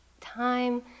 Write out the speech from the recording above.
time